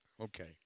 Okay